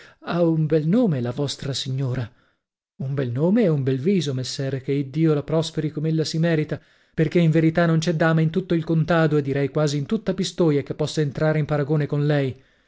ha un bel nome la vostra signora un bel nome e un bel viso messere che iddio la prosperi com'ella si merita perchè in verità non c'è dama in tutto il contado e direi quasi in tutta pistoia che possa entrare in paragone con lei